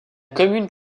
commune